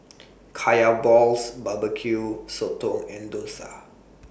Kaya Balls B B Q Sotong and Dosa